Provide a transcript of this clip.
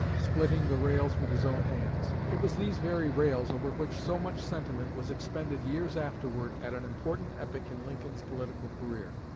splitting the rails with his own hands. it was these very rails over which so much sentiment was expended years afterward at an important epoch in lincoln's political career.